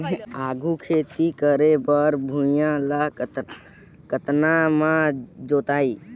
आघु खेती करे बर भुइयां ल कतना म जोतेयं?